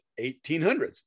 1800s